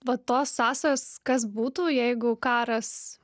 va tos sąsajos kas būtų jeigu karas